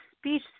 speech